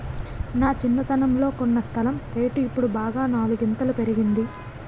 నా చిన్నతనంలో కొన్న స్థలం రేటు ఇప్పుడు బాగా నాలుగింతలు పెరిగింది